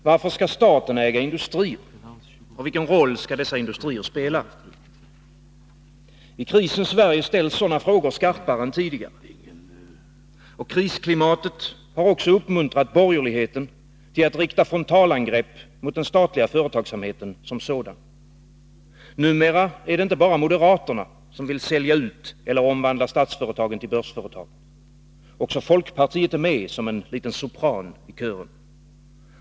Herr talman! Varför skall staten äga industrier? Vilken roll skall dessa industrier spela? I krisens Sverige ställs sådana frågor skarpare än tidigare. Krisklimatet har också uppmuntrat borgerligheten till att rikta frontalangrepp mot den statliga företagsamheten som sådan. Numera är det inte bara moderaterna som vill sälja ut eller omvandla statsföretagen till börsföretag, också folkpartiet är med som en liten sopran i kören.